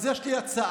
אז יש לי הצעה,